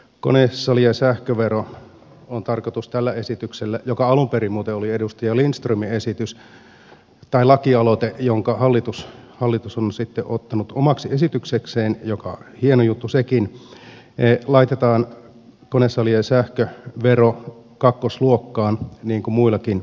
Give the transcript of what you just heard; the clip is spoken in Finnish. konesalien sähkövero on tarkoitus tällä esityksellä joka alun perin muuten oli edustaja lindströmin lakialoite jonka hallitus on sitten ottanut omaksi esityksekseen hieno juttu sekin laittaa kakkosluokkaan niin kuin muillakin teollisuuslaitoksilla on